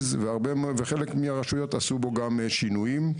וחלק מהרשויות גם עשו בו שינויים.